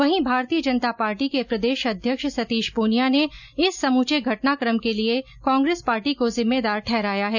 वहीं भारतीय जनता पार्टी के प्रदेश अध्यक्ष सतीश पूनिया ने इस समूचे घटनाकम के लिये कांग्रेस पार्टी को जिम्मेदार ठहराया है